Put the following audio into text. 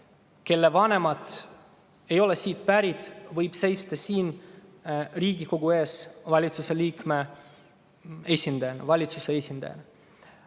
kelle vanemad ei ole siit pärit, võib seista Riigikogu ees valitsuse liikmena, valitsuse esindajana.